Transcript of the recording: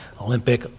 Olympic